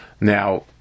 Now